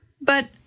But